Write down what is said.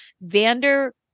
vander